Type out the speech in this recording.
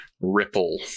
ripple